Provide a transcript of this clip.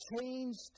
changed